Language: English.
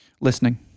Listening